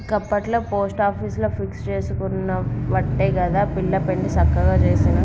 గప్పట్ల పోస్టాపీసుల ఫిక్స్ జేసుకునవట్టే గదా పిల్ల పెండ్లి సక్కగ జేసిన